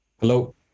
Hello